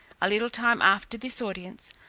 a little time after this audience,